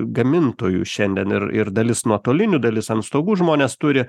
gamintojų šiandien ir ir dalis nuotolinių dalis ant stogų žmonės turi